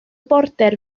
border